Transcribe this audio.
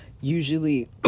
Usually